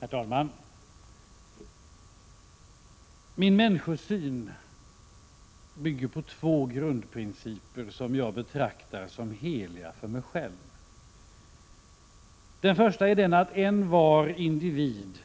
Herr talman! Min människosyn bygger på två grundprinciper som jag betraktar som heliga för mig själv. Den första är att envar individ